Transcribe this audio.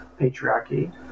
patriarchy